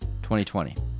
2020